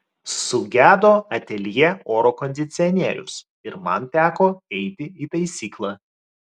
sugedo ateljė oro kondicionierius ir man teko eiti į taisyklą